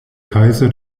kaiser